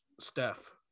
Steph